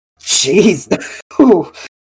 Jeez